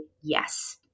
yes